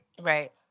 Right